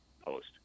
post